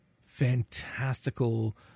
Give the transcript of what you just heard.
fantastical